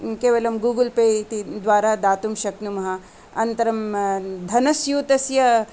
केवलं Google pay इति द्वारा दातुं शक्नुमः अनन्तरं धनस्यूतस्य